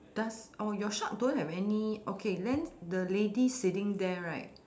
does oh your shark don't have any okay then the lady sitting there right